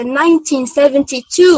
1972